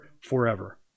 forever